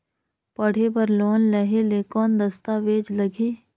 पढ़े बर लोन लहे ले कौन दस्तावेज लगही?